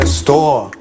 store